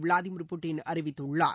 Vladimir Putin அறிவித்துள்ளார்